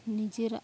ᱱᱤᱡᱮᱨᱟᱜ